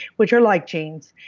which are like genes,